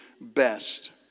best